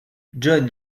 john